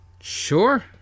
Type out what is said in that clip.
Sure